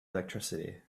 electricity